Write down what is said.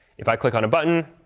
if i click on a button,